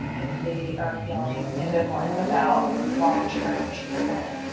if they are feeling ambivalent about long term treatment.